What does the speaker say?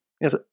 Yes